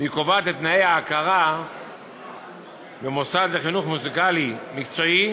והיא קובעת את תנאי ההכרה במוסד לחינוך מוזיקלי מקצועי,